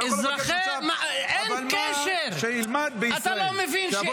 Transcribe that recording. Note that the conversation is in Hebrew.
אתה לא יכול לבקש עכשיו --- אין קשר.